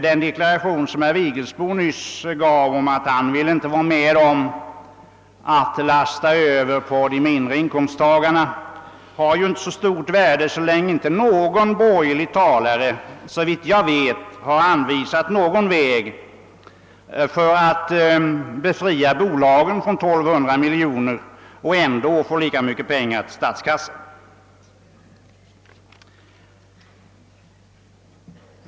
Den deklaration som herr Vigelsbo nyss gjorde, att han inte ville vara med om att lasta över bördor på de mindre inkomsttagarna, har inte så stort värde så länge som, enligt vad jag vet, ännu inte någon borgerlig talare anvisat någon väg för att befria bolagen från 1200 miljoner och ändå få in lika mycket till statskassan.